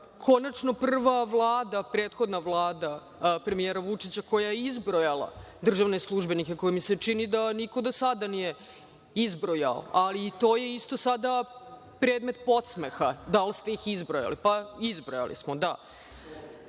konačno prva Vlada, prethodna Vlada premijera Vučića koja je izbrojala državne službenike, koje mi se čini da niko do sada nije izbrojao, ali i to je isto sada predmet podsmeha – da li ste ih izbrojali, pa, izbrojali smo,